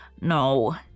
No